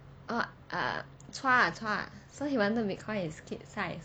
oh err chua chua ah so he wanted to make fun of his kid side